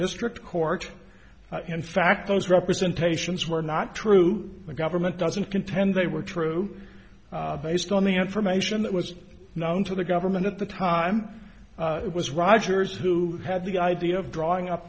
district court in fact those representations were not true the government doesn't contend they were true based on the information that was known to the government at the time it was rogers who had the idea of drawing up